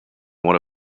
one